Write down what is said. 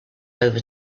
over